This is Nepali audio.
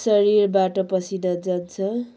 शरीरबाट पसिना जान्छ